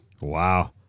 Wow